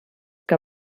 que